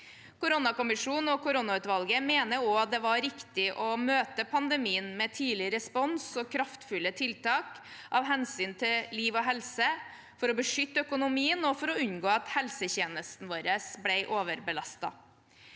Koronakommisjonen og koronautvalget mener også at det var riktig å møte pandemien med tidlig respons og kraftfulle tiltak av hensyn til liv og helse, for å beskytte økonomien og for å unngå at helsetjenestene våre ble overbelastet.